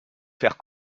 faire